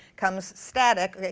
comes static.